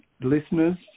listeners